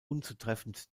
unzutreffend